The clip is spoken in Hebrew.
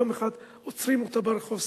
יום אחד עוצרים אותה ברחוב,